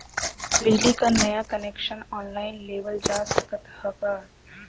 बिजली क नया कनेक्शन ऑनलाइन लेवल जा सकत ह का?